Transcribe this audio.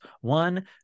one